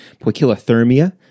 poikilothermia